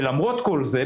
ולמרות כל זה,